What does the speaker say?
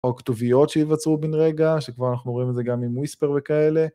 או כתוביות שיווצרו בן רגע, שכבר אנחנו רואים את זה גם עם ויספר וכאלה.